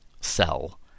cell